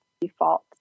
default